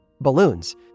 Balloons